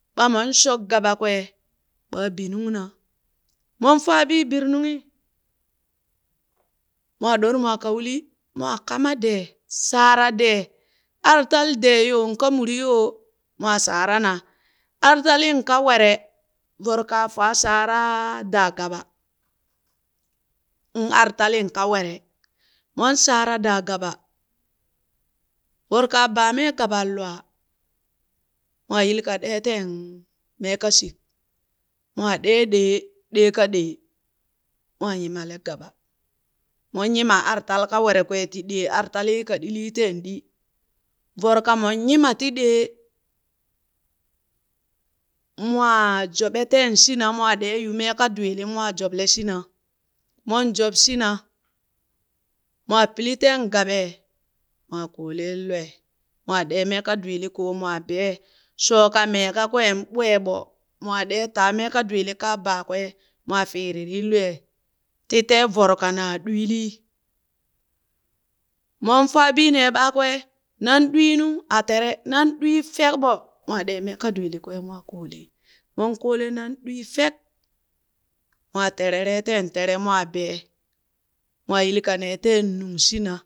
Ɓa mon shok gabakwe, ɓaa bi nugna, mon fwaa bii birinunghi, mwaa ɗormwaa ka uli mwaa kama dee, shaara dee artal dee yo, ka muri yoo, mwaa shaarana, ar taliin ka were, voro kaa faa shaara daa gaba, in ara talin ka were mon shaara daa gaba voro kaa baa mee gaban lwaa, mwaa yili ka ɗee teen meekashik, mwaa ɗe ɗee, ɗee ka ɗee, mwaa nyimale gaba. Mon nyima artal ka were kwee ti ɗee, ari talli ka ɗilii teen ɗi, voro ka mon nyima ti ɗee, mwaa joɓe teen shina mwaa ɗee mee ka dwiili mwaa joɓle shina mon job shina. mwaa pili teen gaɓee, mwaa kooleen lwee, mwaa ɗee mee ka dwiili koo mwaa bee shooka mee kakween ɓweeɓo, mwaa ɗee taa mee ka dwiili ka baa kwee mwaa fiririin lwee ti tee voro kanaa ɗwiili, mon faa bii nee ɓakwee, nan ɗwiinu a tere, nan ɗwii fek ɓo, mwaa ɗee mee ka dwiili kwee mwaa koolee mon kole nan ɗwii fek, mwaa terere teen tere mwaa bee mwaa yili ka nee teen nungshina